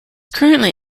currently